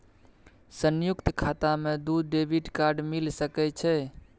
संयुक्त खाता मे दू डेबिट कार्ड मिल सके छै?